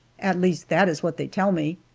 at least that is what they tell me.